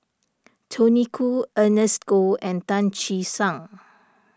Tony Khoo Ernest Goh and Tan Che Sang